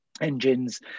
engines